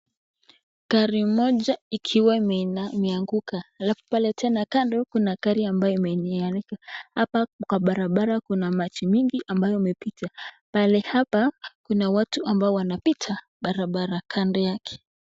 Gari moja ikiwa imeanguka, alafu pale tena kando, kuna gari ambayo imeanguka, hapa kwa barabara kuna maji mingi ambayo imepita, pahali hapa kuna watu ambao wanapita barabara, kando yake.